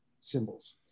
symbols